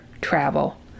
travel